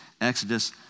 Exodus